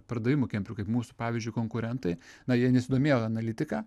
pardavimui kemperių kaip mūsų pavyzdžiui konkurentai na jie nesidomėjo analitika